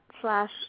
slash